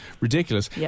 ridiculous